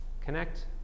connect